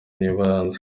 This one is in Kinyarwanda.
by’ibanze